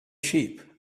sheep